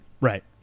right